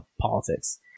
politics